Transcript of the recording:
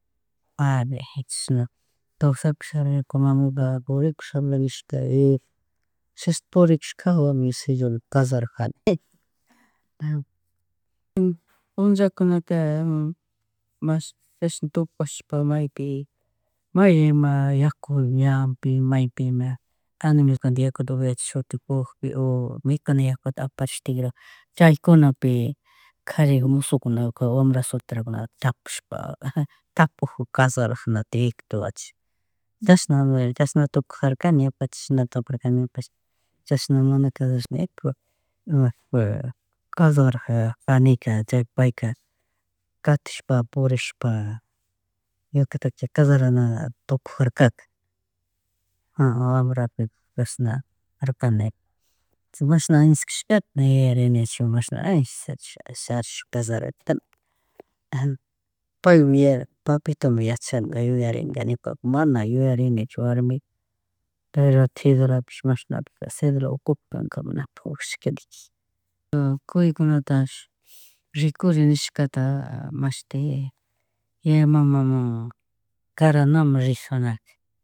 Ari, chashna kawsahakushari ñuka mamika purikusha, prikushajawa mi kashararjani. Punllakunaka, mashi, chishna chshna tukushpa may ima yaku ñanpi mauypi ima animalkunata yakuta upiachishpa, shutikukpi o mikuna yakutsa apshpa tigra chaykunapi, kari mushukunaka, wambra solterakunata chapashpa tapug kasharanak tiyak chasna, chasnna tukujarkani, ñuka chashna tukurkani, chashna mana kasharikushpanekukpi ima kasharajarkani chay payka, katishpa, purishpa, ñukata kasharanta tukujarka. Wambrapi chashna karkanika, mashana años kashkata na yuyarinichu, mashna añoshta charishpa kallararkani. Pay, yaya, papitomi yachanga yuyaringa ñuka mana yuyarinichu, wamiku, pero cedulapish mashnapi, cedulapish ukupi. Kuykunatash rikuri nishkata mashti yaya mamamun, karanamun rijunaka.